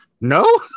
No